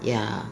ya